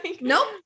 Nope